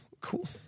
Cool